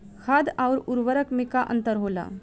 खाद्य आउर उर्वरक में का अंतर होला?